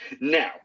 Now